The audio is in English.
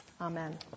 Amen